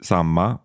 Samma